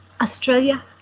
Australia